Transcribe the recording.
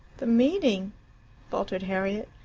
the meaning faltered harriet.